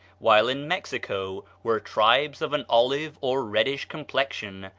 while in mexico were tribes of an olive or reddish complexion,